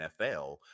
NFL